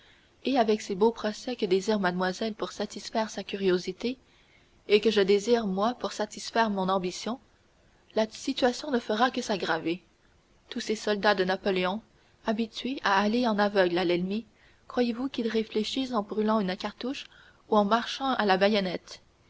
et avec ces beaux procès que désire mademoiselle pour satisfaire sa curiosité et que je désire moi pour satisfaire mon ambition la situation ne fera que s'aggraver tous ces soldats de napoléon habitués à aller en aveugles à l'ennemi croyez-vous qu'ils réfléchissent en brûlant une cartouche ou en marchant à la baïonnette